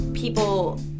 people